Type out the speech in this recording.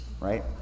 right